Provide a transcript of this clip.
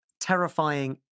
terrifying